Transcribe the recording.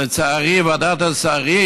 לצערי ועדת השרים